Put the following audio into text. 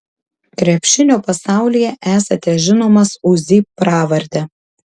krepšinio pasaulyje esate žinomas uzi pravarde